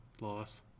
loss